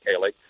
kaylee